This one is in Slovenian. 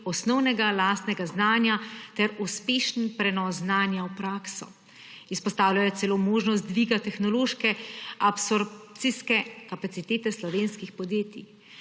osnovnega lastnega znanja ter uspešen prenos znanja v prakso. Izpostavljajo celo možnost dviga tehnološke absorpcijske kapacitete slovenskih podjetij.